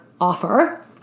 offer